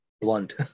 blunt